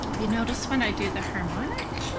you notice when i do the harmonic